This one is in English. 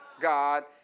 God